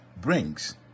brings